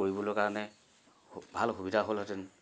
কৰিবলৈ কাৰণে ভাল সুবিধা হ'লহেঁতেন